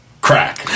crack